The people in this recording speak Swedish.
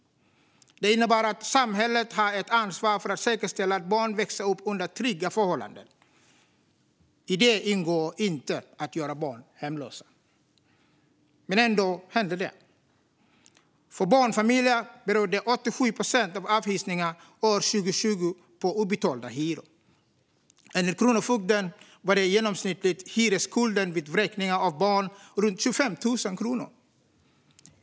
Det innebär att samhället har ett ansvar för att säkerställa att barn växer upp under trygga förhållanden. I det ingår inte att göra barn hemlösa. Ändå händer det. För barnfamiljer berodde 87 procent av avhysningarna år 2020 på obetalda hyror. Enligt Kronofogden var den genomsnittliga hyresskulden vid vräkning av barn runt 25 000 kronor.